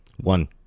One